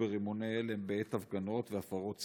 ברימוני הלם בעת הפגנות והפרות סדר?